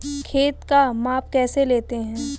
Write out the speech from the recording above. खेत का माप कैसे लेते हैं?